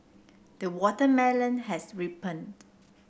the watermelon has ripened